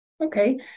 Okay